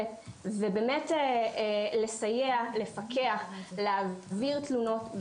ולצוות ובאמת לסייע, לפקח, להעביר תלונות.